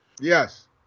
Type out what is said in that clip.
Yes